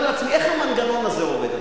אני אומר לעצמי: איך המנגנון הזה עובד?